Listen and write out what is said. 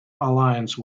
alliance